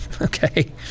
okay